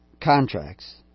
contracts